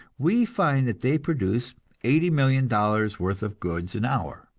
we find that they produce eighty million dollars worth of goods an hour.